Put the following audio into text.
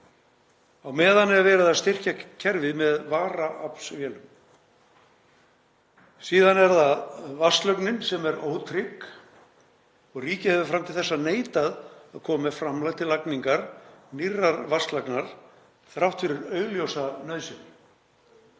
Á meðan er verið að styrkja kerfið með varaaflsvélum. Síðan er það vatnslögnin sem er ótrygg og ríkið hefur fram til þessa neitað að koma með framlag til lagningar nýrrar vatnslagnar þrátt fyrir augljósa nauðsyn.